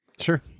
Sure